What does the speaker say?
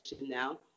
now